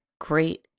great